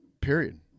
Period